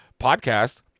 podcast